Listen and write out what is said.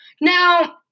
Now